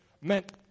meant